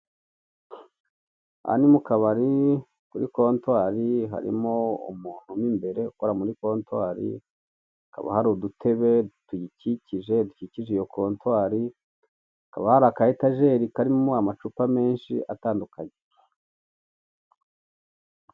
Aha ni mukabari kuri kontwari harimo umuntu mo imbere ukora muri kontwari, akaba hari udutebe tuyikikije dukikije iyo kontwari, hakaba hari aka etejeri karimo amacupa menshi atandukanye.